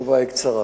התשובה קצרה.